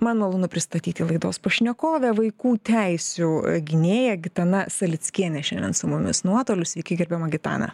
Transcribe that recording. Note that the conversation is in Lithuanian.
man malonu pristatyti laidos pašnekovę vaikų teisių gynėja gitana salickienė šiandien su mumis nuotoliu sveiki gerbiama gitana